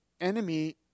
enemy